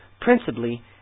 principally